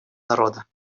народа